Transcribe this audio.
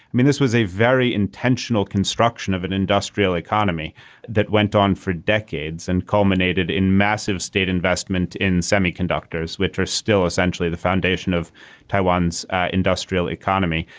i mean this was a very intentional construction of an industrial economy that went on for decades and culminated in massive state investment investment in semiconductors which are still essentially the foundation of taiwan's industrial economy.